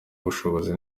ubushobozi